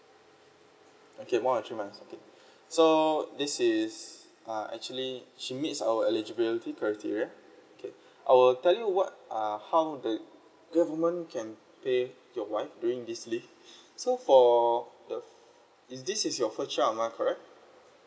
okay one or two months okay so this is uh actually she miss our eligibility criteria okay I will tell you what uh how the government can pay your wife during this leave so for the f~ is this is your first child am I correct